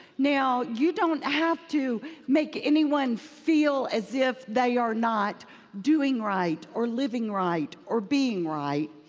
now, you don't' have to make anyone feel as if they are not doing right, or living right, or being right.